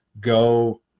go